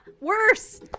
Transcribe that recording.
worse